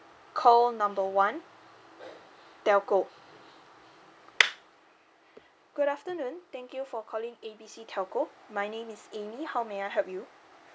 call number one telco good afternoon thank you for calling A B C telco my name is amy how may I help you